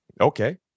Okay